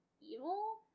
evil